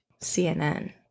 CNN